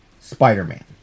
Spider-Man